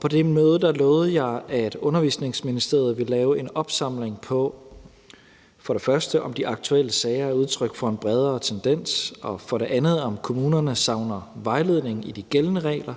På det møde lovede jeg, at Børne- og Undervisningsministeriet ville lave en opsamling, for det første på, om de aktuelle sager er et udtryk for en bredere tendens, for det andet på, om kommunerne savner vejledning i de gældende regler,